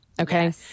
okay